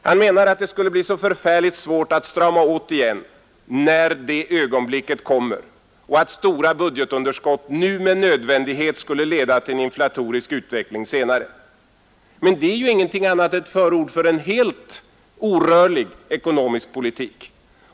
Han anser att det skulle bli så förfärligt svårt att strama åt igen, när det ögonblicket kommer, och att stora budgetunderskott nu med nödvändighet skulle leda till inflatorisk utveckling senare. Detta är ingenting annat än ett förord för en helt orörlig ekonomisk politik.